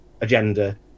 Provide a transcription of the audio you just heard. agenda